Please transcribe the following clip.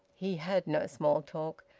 he had no small talk,